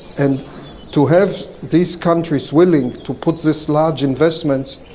and to have these countries willing to put this large investment,